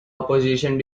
opposition